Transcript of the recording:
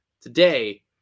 today